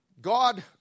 God